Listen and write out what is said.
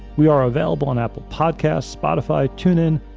we are available on apple podcasts, spotify, tune in,